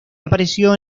apareció